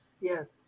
Yes